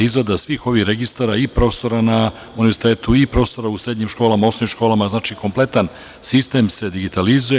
Izrada svih ovih registara i profesora na univerzitetu i profesora u srednjim školama, osnovnim školama, znači kompletan sistem se digitalizuje.